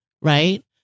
right